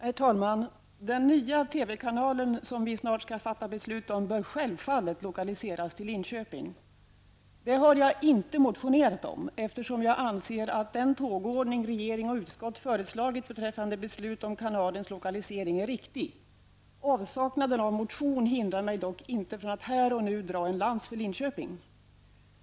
Herr talman! Den nya TV-kanalen som vi snart skall fatta beslut om, bör självfallet lokaliseras till Linköping. Detta har jag inte motionerat om eftersom jag anser att den tågordning regering och utskott föreslagit beträffande beslut om kanalens lokalisering är riktig. Avsaknaden av motion hindrar mig dock inte från att här och nu dra en lans för Linköping.